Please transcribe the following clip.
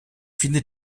finde